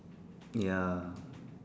ya